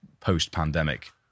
post-pandemic